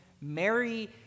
Mary